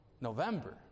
November